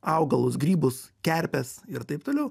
augalus grybus kerpes ir taip toliau